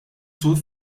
sur